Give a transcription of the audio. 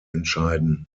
entscheiden